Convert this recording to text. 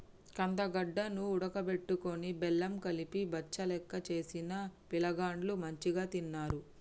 కందగడ్డ ను ఉడుకబెట్టుకొని బెల్లం కలిపి బచ్చలెక్క చేసిన పిలగాండ్లు మంచిగ తిన్నరు